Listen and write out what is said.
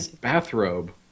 bathrobe